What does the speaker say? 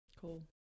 Cool